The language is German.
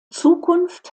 zukunft